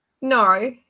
No